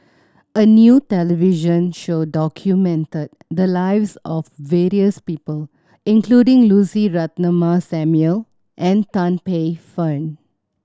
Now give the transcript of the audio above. a new television show documented the lives of various people including Lucy Ratnammah Samuel and Tan Paey Fern